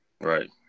Right